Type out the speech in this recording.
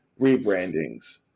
rebrandings